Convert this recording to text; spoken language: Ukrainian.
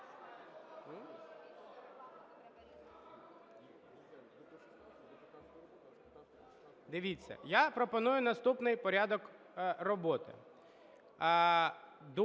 Дивіться, я пропоную наступний порядок роботи. Ми